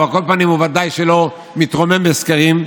על כל פנים הוא ודאי שלא מתרומם בסקרים,